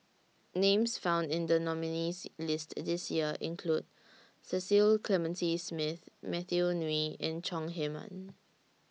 Names found in The nominees' list This Year include Cecil Clementi Smith Matthew Ngui and Chong Heman